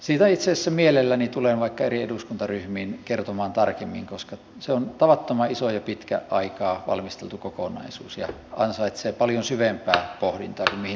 siitä itse asiassa mielelläni tulen vaikka eri eduskuntaryhmiin kertomaan tarkemmin koska se on tavattoman iso ja pitkän aikaa valmisteltu kokonaisuus ja ansaitsee paljon syvempää pohdintaa kuin mihin nyt on mahdollisuus